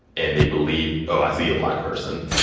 and they believe, oh, i see a black person.